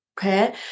Okay